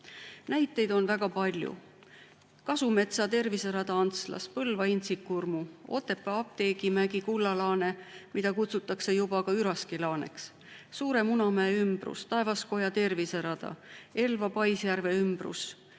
Näiteid on väga palju. Kasumetsa terviserada Antslas, Põlva Intsikurmu, Otepää Apteekrimäel asuv Kullalaane, mida kutsutakse juba ka Üraskilaaneks, Suure Munamäe ümbrus, Taevaskoja terviserada, Elva paisjärve ümbrus